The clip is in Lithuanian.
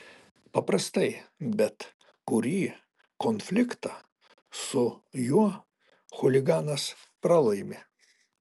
paprastai bet kurį konfliktą su juo chuliganas pralaimi